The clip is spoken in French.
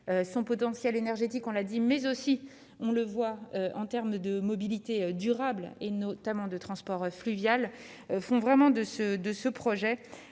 son potentiel énergétique, on l'a dit, mais aussi, on le voit en termes de mobilité durable et notamment de transport fluvial font vraiment de ce de